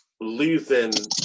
losing